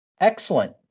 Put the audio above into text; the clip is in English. Excellent